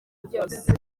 byose